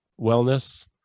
wellness